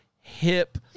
hip